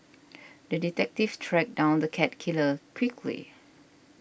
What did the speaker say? the detective tracked down the cat killer quickly